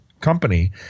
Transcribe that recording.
company